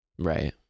Right